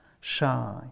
shy